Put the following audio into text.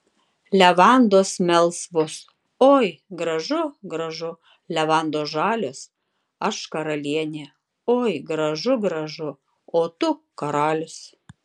levandos melsvos oi gražu gražu levandos žalios aš karalienė oi gražu gražu o tu karalius